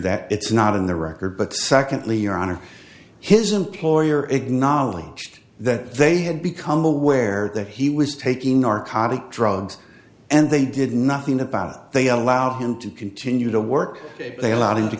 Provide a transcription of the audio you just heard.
that it's not in the record but secondly your honor his employer acknowledged that they had become aware that he was taking narcotic drugs and they did nothing about it they allowed him to continue to work they allowed him to